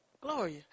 Gloria